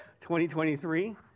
2023